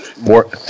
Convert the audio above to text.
more